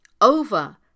over